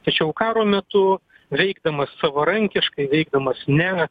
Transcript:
tačiau karo metu veikdamas savarankiškai veikdamas ne